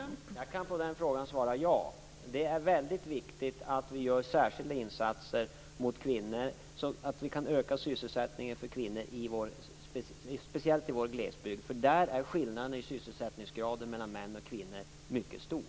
Fru talman! Jag kan på den frågan svara ja. Det är väldigt viktigt att vi gör särskilda insatser gentemot kvinnor, att vi kan öka sysselsättningen för kvinnor speciellt i vår glesbygd. Där är skillnaden i sysselsättningsgraden mellan män och kvinnor mycket stor.